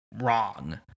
wrong